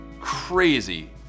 crazy